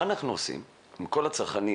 מה אנחנו עושים עם כל הצרכנים